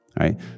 Right